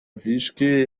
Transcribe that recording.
هیچکی